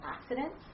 accidents